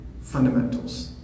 fundamentals